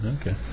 Okay